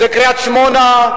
זה קריית-שמונה,